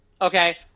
Okay